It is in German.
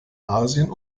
asien